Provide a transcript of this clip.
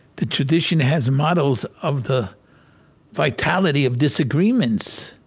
the tradition has models of the vitality of disagreements,